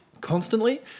Constantly